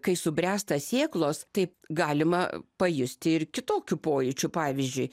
kai subręsta sėklos tai galima pajusti ir kitokių pojūčių pavyzdžiui